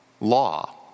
law